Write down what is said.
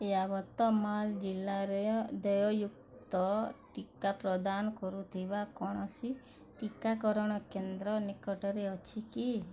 ୟାବତମାଲ ଜିଲ୍ଲାରେ ଦେୟଯୁକ୍ତ ଟିକା ପ୍ରଦାନ କରୁଥିବା କୌଣସି ଟିକାକରଣ କେନ୍ଦ୍ର ନିକଟରେ ଅଛି କି